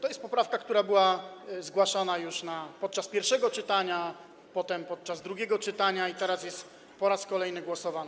To jest poprawka, która była zgłaszana już podczas pierwszego czytania, potem podczas drugiego czytania i teraz jest po raz kolejny głosowana.